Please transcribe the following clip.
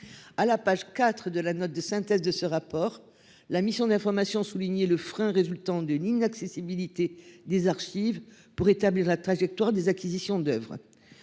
À la page IV de la note de synthèse de ce rapport, la mission d'information souligné le frein résultant d'une inaccessibilité des archives pour établir la trajectoire des acquisitions d'Oeuvres.